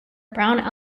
brown